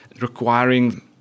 requiring